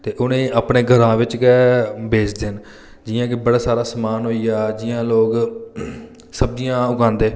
ते उ'नेंगी अपने ग्रांऽ बिच गै बेचदे न जि'यां कि प्लस आह्ला समान होई गेआ जि'यां लोग सब्जियां उगांदे